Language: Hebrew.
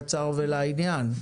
קצר ולעניין.